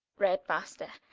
red master,